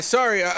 Sorry